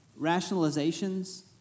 rationalizations